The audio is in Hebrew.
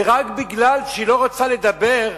רק כי היא לא רוצה לדבר,